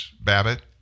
Babbitt